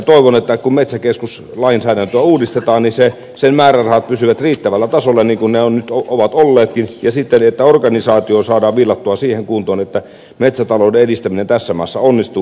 toivon että kun metsäkeskuslainsäädäntöä uudistetaan niin sen määrärahat pysyvät riittävällä tasolla niin kuin ne nyt ovat olleetkin ja että organisaatio saadaan sitten viilattua siihen kuntoon että metsätalouden edistäminen tässä maassa onnistuu